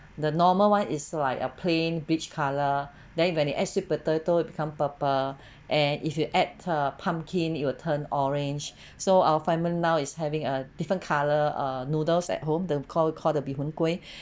the normal one is like a plain beige colour then when you add sweet potato it become purple and if you add uh pumpkin it will turn orange so our family now is having uh different colour err noodles at home the call call the mee hoon kueh